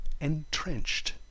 entrenched